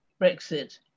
Brexit